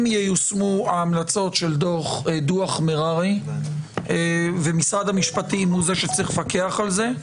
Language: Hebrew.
אם ייושמו ההמלצות של דוח מררי ומשרד המשפטים הוא זה שצריך לפקח על זה,